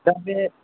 दा बे